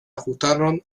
ajustaron